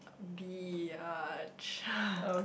be a charm